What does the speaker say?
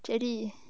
jelly